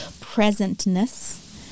presentness